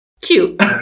cute